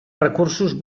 recursos